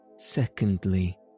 Secondly